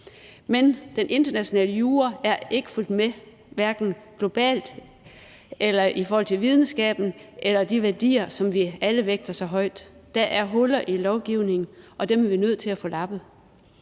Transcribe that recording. Men den internationale jura er ikke fulgt med, hverken globalt eller i forhold til videnskaben eller de værdier, som vi alle vægter så højt. Der er huller i lovgivningen, og dem er vi nødt til at få lappet,